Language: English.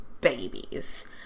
babies